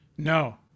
No